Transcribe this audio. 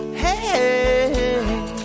hey